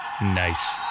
Nice